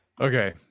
Okay